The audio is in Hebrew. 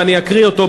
ואני אקריא אותו,